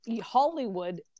Hollywood